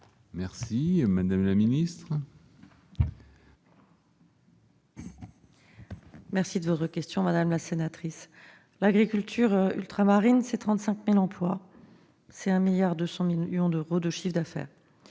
est à Mme la ministre. Merci de votre question, madame la sénatrice. L'agriculture ultramarine, c'est 35 000 emplois et 1,2 milliard d'euros de chiffre d'affaires